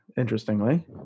interestingly